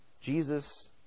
Jesus